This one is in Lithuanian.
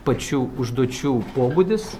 pačių užduočių pobūdis